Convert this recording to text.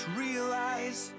realize